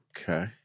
Okay